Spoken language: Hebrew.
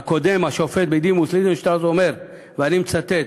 השופט לינדנשטראוס, אומר, ואני מצטט: